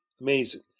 amazing